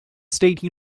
state